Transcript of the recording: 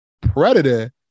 predator